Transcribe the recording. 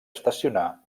estacionar